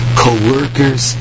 co-workers